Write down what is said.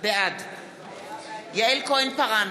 בעד יעל כהן-פארן,